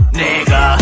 nigga